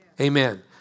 Amen